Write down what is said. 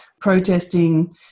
protesting